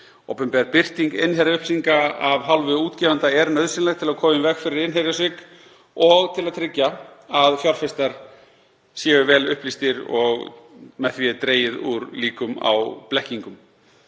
Opinber birting innherjaupplýsinga af hálfu útgefenda er nauðsynleg til að koma í veg fyrir innherjasvik og til að tryggja að fjárfestar séu vel upplýstir og með því er dregið úr líkum á blekkingum.